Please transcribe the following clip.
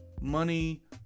money